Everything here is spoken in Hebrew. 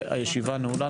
הישיבה נעולה.